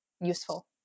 useful